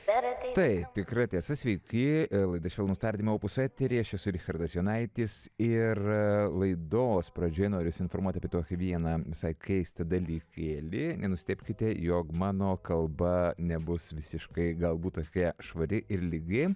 taip tikra tiesa sveiki laida švelnūs tardymai opus eteryje aš esu richardas jonaitis ir laidos pradžioje noriu jus informuoti apie tokį vieną visai keistą dalykėlį nenustebkite jog mano kalba nebus visiškai galbūt tokia švari ir lygi